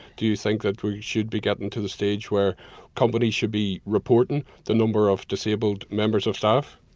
do you think that we should be getting to the stage where companies should be reporting the number of disabled members of staff?